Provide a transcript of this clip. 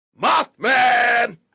Mothman